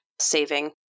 saving